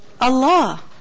Allah